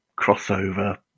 crossover